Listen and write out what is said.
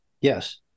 Yes